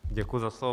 Děkuji za slovo.